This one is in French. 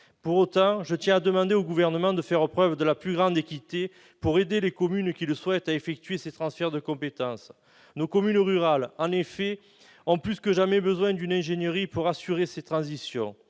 Pour autant, je tiens à demander au Gouvernement de faire preuve de la plus grande équité pour aider les communes qui le souhaitent à effectuer ces transferts de compétences. En effet, nos communes rurales ont plus que jamais besoin d'une ingénierie pour assurer ces transitions.